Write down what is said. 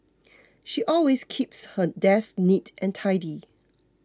she always keeps her desk neat and tidy